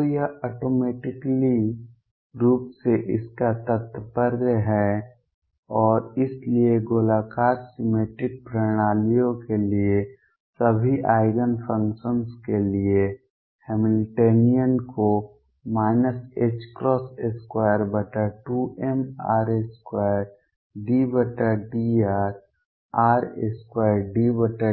तो यह ऑटोमेटिकली रूप से इसका तात्पर्य है और इसलिए गोलाकार सिमेट्रिक प्रणाली के लिए सभी आइगेन फंक्शन्स के लिए हैमिल्टनियन को ℏ22mr2∂rr2∂rll122mr2V